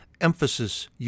Emphasis